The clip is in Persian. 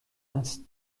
است